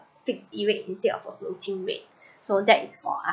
fixed D rate instead of a floating rate so that is for